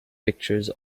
pictures